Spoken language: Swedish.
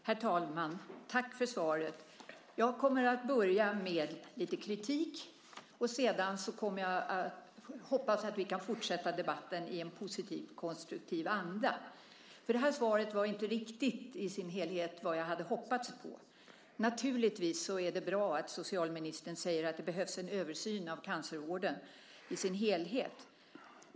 Herr talman! Tack för svaret. Jag kommer att börja med lite kritik, och sedan hoppas jag att vi kan fortsätta debatten i en positiv och konstruktiv anda. Det här svaret var inte riktigt i sin helhet vad jag hade hoppats på. Det är naturligtvis bra att socialministern säger att det behövs en översyn av cancervården i dess helhet.